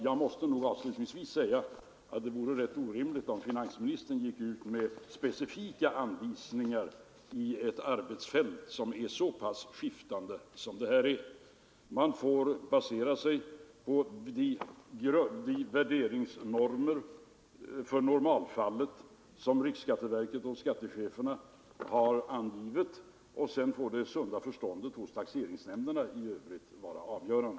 Jag måste avslutningsvis säga att det vore orimligt om finansministern gick ut med specifika anvisningar på ett arbetsfält som är så pass skiftande som detta. Man får basera arbetet på de värderingsnormer för normalfallet som riksskatteverket och taxeringsintendenterna har angivit. I övrigt får det sunda förståndet hos taxeringsnämndernas ledamöter vara avgörande.